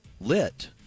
lit